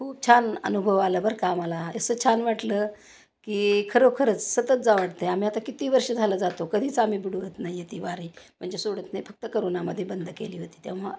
खूप छान अनुभव आला बरं का आम्हाला असं छान वाटलं की खरोखरच सतत जा वाटते आम्ही आता किती वर्ष झाला जातो कधीच आम्ही बुडवत नाही आहे ती वारी म्हणजे सोडत नाही फक्त करोनामध्ये बंद केली होती तेव्हा